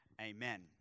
amen